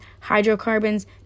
hydrocarbons